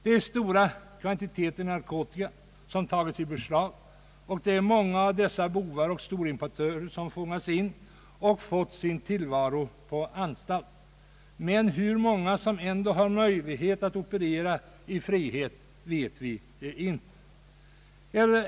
Det är stora kvantiteter narkotika som tagits i beslag, och många bovar och storimportörer har fångats in och fått sin tillvaro på anstalt, men hur många som ändå har möjlighet att operera i frihet vet vi inte.